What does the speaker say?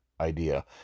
idea